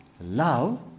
love